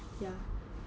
ya